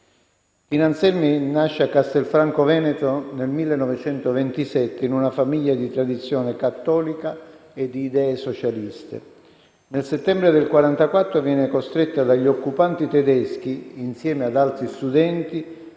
Tina Anselmi nasce a Castelfranco Veneto nel 1927, in una famiglia di tradizione cattolica e di idee socialiste. Nel settembre del 1944 viene costretta dagli occupanti tedeschi, insieme ad altri studenti,